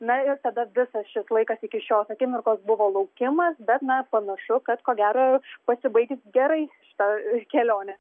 na ir tada visas šis laikas iki šios akimirkos buvo laukimas bet na panašu kad ko gero pasibaigs gerai šita kelionė